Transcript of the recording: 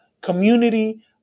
community